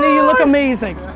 you look amazing.